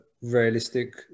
realistic